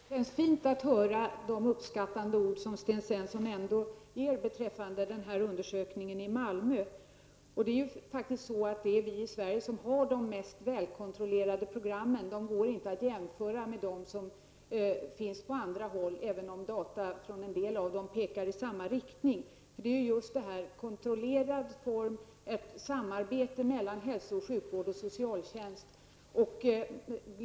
Herr talman! Jag tycker att det känns fint att höra de uppskattande ord som Sten Svensson nämnde beträffande undersökningen i Malmö. Det är faktiskt vi i Sverige som har de mest välkontrollerade programmen. De går inte att jämföra med dem som finns på andra håll, även om data från en del av dem pekar i samma riktning. Det är just den kontrollerade formen och samarbetet mellan hälso och sjukvården och socialtjänsten som utgör skillnaden.